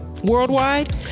Worldwide